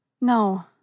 No